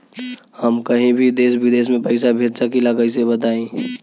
हम कहीं भी देश विदेश में पैसा भेज सकीला कईसे बताई?